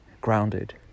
grounded